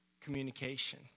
communication